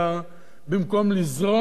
במקום לזרום, לבלום.